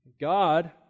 God